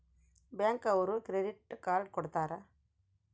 bank ಅವ್ರು credit card ಕೊಡ್ತಾರ